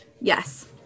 Yes